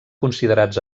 considerats